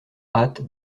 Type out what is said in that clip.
hâte